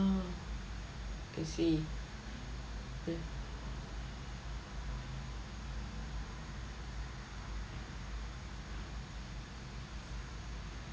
uh I see